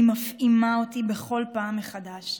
היא מפעימה אותי בכל פעם מחדש.